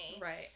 Right